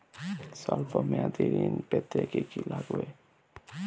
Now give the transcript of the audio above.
সল্প মেয়াদী ঋণ পেতে কি কি লাগবে?